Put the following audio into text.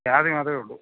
ജാതി മാത്രമേയുളളൂ